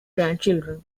grandchildren